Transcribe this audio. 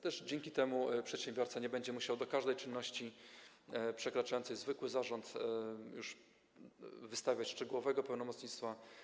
Dzięki temu przedsiębiorca już nie będzie musiał do każdej czynności przekraczającej zwykły zarząd wystawiać szczegółowego pełnomocnictwa.